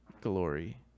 glory